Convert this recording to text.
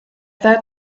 that